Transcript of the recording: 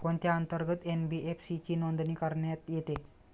कोणत्या अंतर्गत एन.बी.एफ.सी ची नोंदणी करण्यात येते?